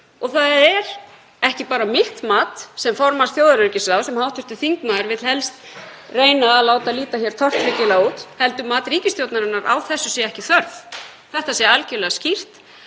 og það er ekki bara mitt mat sem formanns þjóðaröryggisráðs, sem hv. þingmaður vill helst reyna að láta líta tortryggilega út, heldur mat ríkisstjórnarinnar að á þessu sé ekki þörf, þetta sé algerlega skýrt